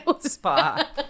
spa